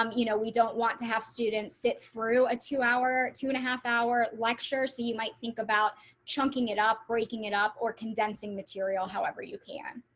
um you know, we don't want to have students sit through a two hour, two and a half hour lecture. so you might think about chungking it up breaking it up or condensing material. however, you can